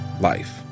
life